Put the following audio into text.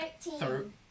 thirteen